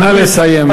נא לסיים.